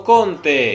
Conte